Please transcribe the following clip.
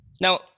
Now